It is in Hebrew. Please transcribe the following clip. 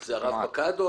זה הרב-פקד?